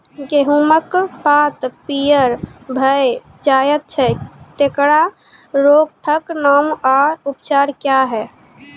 गेहूँमक पात पीअर भअ जायत छै, तेकरा रोगऽक नाम आ उपचार क्या है?